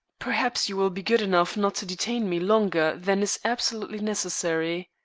perhaps you will be good enough not to detain me longer than is absolutely necessary.